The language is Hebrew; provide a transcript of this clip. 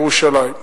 בירושלים.